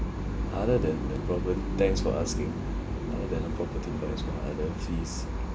other than that problem thanks for asking other than the property buyers got other fees